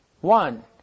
one